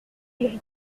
lyrisse